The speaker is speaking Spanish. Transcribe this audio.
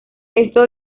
esto